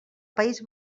país